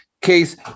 case